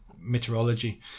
meteorology